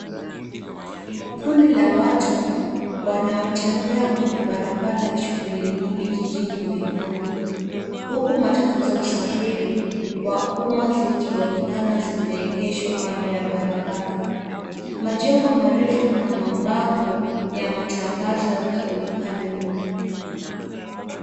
Kundi la watu wanaotembea kwenye barabara ya shughuli nyingi jijini Nairobi, huku matatu za usafiri wa umma zikionekana zimeegeshwa kando ya barabara. Majengo marefu na mabango ya matangazo yakionekana nyuma.